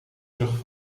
terug